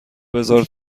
بزار